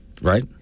Right